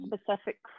specific